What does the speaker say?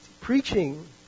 Preaching